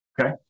okay